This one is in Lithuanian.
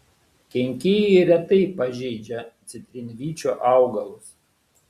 kenkėjai retai pažeidžia citrinvyčio augalus